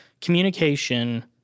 Communication